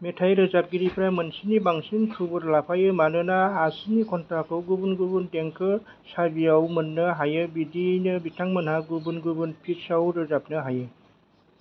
मेथाय रोजाबगिरिफोरा मोनसेनि बांसिन थुबुर लाफायो मानोना आसिनि घन्टाखौ गुबुन गुबुन देंखो साबिआव मोननो हायो बिब्दियैनो बिथांमोनहा गुबुन गुबुन पिटसाव रोजाबनो हायो